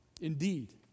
Indeed